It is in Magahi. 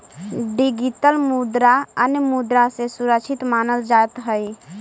डिगितल मुद्रा अन्य मुद्रा से सुरक्षित मानल जात हई